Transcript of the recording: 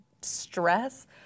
stress